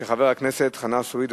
של חבר הכנסת חנא סוייד.